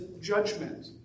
judgment